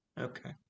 okay